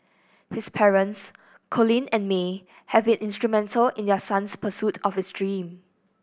his parents Colin and May have been instrumental in their son's pursuit of his dream